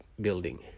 building